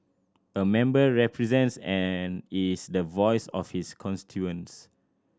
a member represents and is the voice of his constituents